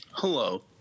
Hello